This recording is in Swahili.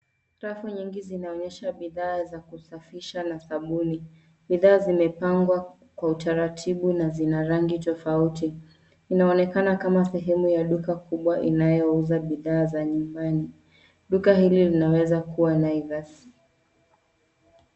Safu nyingi zinaonyesha bidhaa za kusafisha na sabuni. Bidhaa zimepangwa kwa utaratibu na zina rangi tofauti. Inaonekana kama sehemu ya duka kubwa inayouza bidhaa za nyumbani Duka hili linaweza kuwa Naivas.